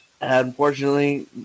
Unfortunately